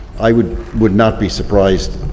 i would would not be surprised,